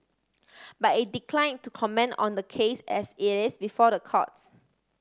but it declined to comment on the case as it is before the courts